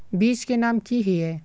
बीज के नाम की हिये?